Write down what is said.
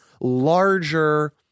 larger